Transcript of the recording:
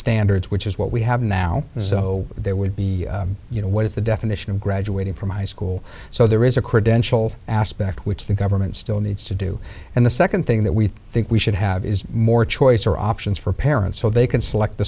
standards which is what we have now and so there would be you know what is the definition of graduating from high school so there is a credential aspect which the government still needs to do and the second thing that we think we should have is more choice or options for parents so they can select the